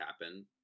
happen